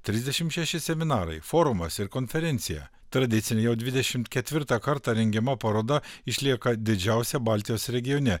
trisdešimt šeši seminarai forumas ir konferencija tradicinį jau dvidešimt ketvirtą kartą rengiama paroda išlieka didžiausia baltijos regione